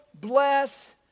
bless